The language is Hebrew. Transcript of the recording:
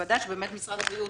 הישיבה הודעה שמשרד הבריאות